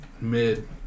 mid